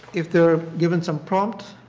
if they are given some prompts,